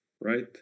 right